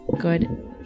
good